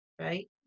right